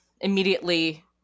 immediately